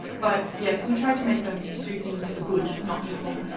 but yes, we try to make them do things for good not evil.